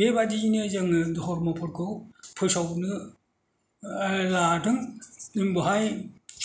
बेबादियैनो जोङो धरम'फोरखौ फोसावनो लादों जों बेहाय